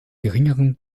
geringeren